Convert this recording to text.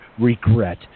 regret